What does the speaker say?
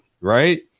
Right